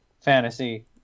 fantasy